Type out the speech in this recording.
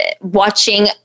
watching